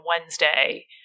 Wednesday